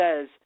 says